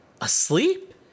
asleep